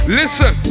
listen